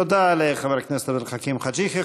תודה לחבר הכנסת עבד אל חכים חאג' יחיא.